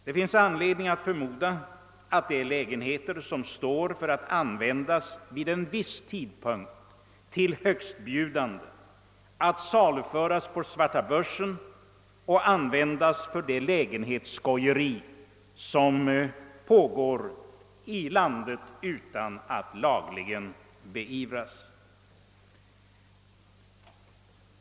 Det finns anledning förmoda att dessa lägenheter så småningom kommer att erbjudas till högstbjudande, att de med andra ord kommer att saluföras på svarta börsen och användas i det lägenhetsskojeri som pågår i landet utan att lagligen beivras.